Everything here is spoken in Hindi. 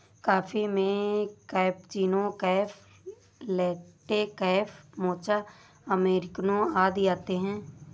कॉफ़ी में cappuccino, cafe latte, cafe mocha, अमेरिकनों आदि आते है